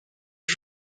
die